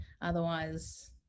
Otherwise